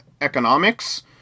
Economics